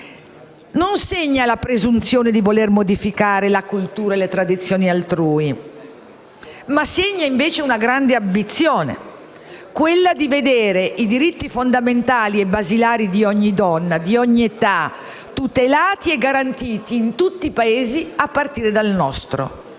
non segna la presunzione di voler modificare la cultura e le tradizioni altrui, ma segna, invece, la grande ambizione di vedere i diritti fondamentali e basilari di ogni donna e di ogni età, tutelati e garantiti in tutti i Paesi, a partire dal nostro.